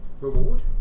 reward